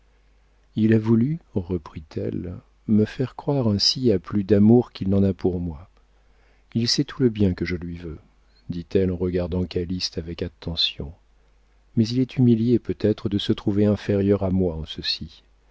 il a voulu reprit-elle me faire croire ainsi à plus d'amour qu'il n'en a pour moi il sait tout le bien que je lui veux dit-elle en regardant calyste avec attention mais il est humilié peut-être de se trouver inférieur à moi en ceci